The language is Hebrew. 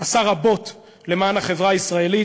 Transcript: עשה רבות למען החברה הישראלית.